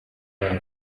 babo